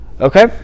Okay